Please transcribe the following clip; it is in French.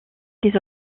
des